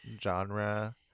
genre